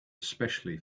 especially